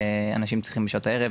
אנשים צריכים בשעות הערב,